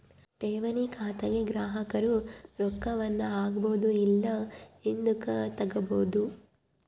ಠೇವಣಿ ಖಾತೆಗ ಗ್ರಾಹಕರು ರೊಕ್ಕವನ್ನ ಹಾಕ್ಬೊದು ಇಲ್ಲ ಹಿಂದುಕತಗಬೊದು